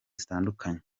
zitandukanye